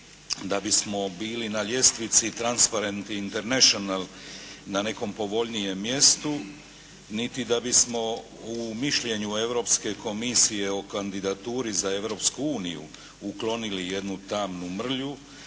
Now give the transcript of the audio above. Da bismo bili na ljestvici Transparensy International na nekom povoljnijem mjestu, niti da bismo u mišljenju Europske komisije o kandidaturi za Europsku uniju uklonili jednu tamnu mrlju,